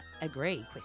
Agree